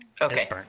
Okay